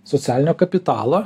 socialinio kapitalo